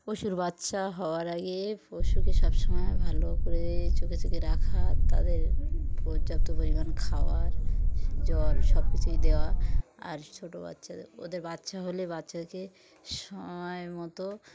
পশুর বাচ্চা হওয়ার আগে পশুকে সবসময় ভালো করে চোখে চোখে রাখা তাদের পর্যাপ্ত পরিমাণ খাওয়ার জল সব কিছুই দেওয়া আর ছোটো বাচ্চাদের ওদের বাচ্চা হলে বাচ্চাদেরকে সময় মতো